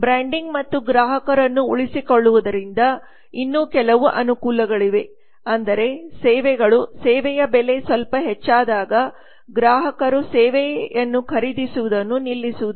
branding ಮತ್ತು ಗ್ರಾಹಕರನ್ನು ಉಳಿಸಿಕೊಳ್ಳುವುದರಿಂದ ಇನ್ನೂ ಕೆಲವು ಅನುಕೂಲಗಳಿವೆ ಅಂದರೆ ಸೇವೆಗಳು ಸೇವೆಯ ಬೆಲೆ ಸ್ವಲ್ಪ ಹೆಚ್ಚಾದಾಗ ಗ್ರಾಹಕರು ಸೇವೆಯನ್ನು ಖರೀದಿಸುವುದನ್ನು ನಿಲ್ಲಿಸುವುದಿಲ್ಲ